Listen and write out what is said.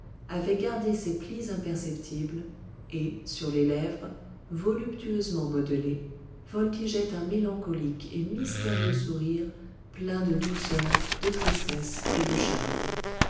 avait gardé ses plis imperceptibles et sur les lèvres voluptueusement modelées voltigeait un mélancolique et mystérieux sourire plein de douceur de tristesse et de charme